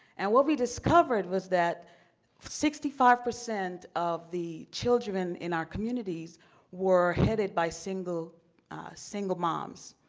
and what we discovered was that sixty five percent of the children in our communities were headed by single single moms.